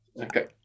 Okay